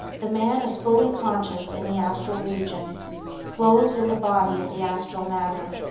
the man is fully conscious in the astral regions clothed in the body of the astral matter.